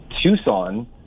Tucson